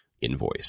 invoice